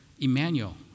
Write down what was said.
Emmanuel